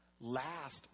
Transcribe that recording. Last